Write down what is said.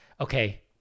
okay